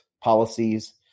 policies